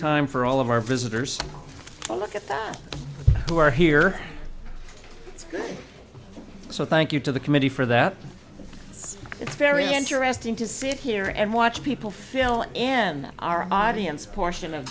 time for all of our visitors to look at that who are here so thank you to the committee for that it's very interesting to sit here and watch people feel and our audience portion of